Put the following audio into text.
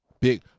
Big